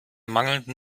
mangelnden